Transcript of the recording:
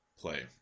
play